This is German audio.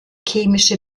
chemische